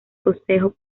consejo